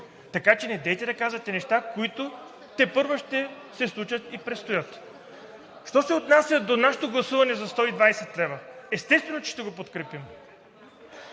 Така че недейте да казвате неща, които тепърва ще се случат и предстоят. Що се отнася до нашето гласуване за 120 лв. Естествено, че ще го подкрепим.